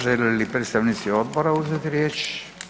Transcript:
Žele li predstavnici odbora uzeti riječ?